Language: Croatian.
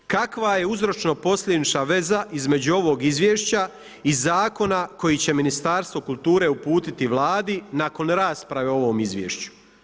Kakva je uzročno-posljedična veza između ovog Izvješća i Zakona koji će Ministarstvo kulture uputiti Vladi nakon rasprave o ovom izvješću?